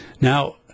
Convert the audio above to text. now